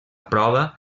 prova